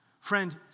Friend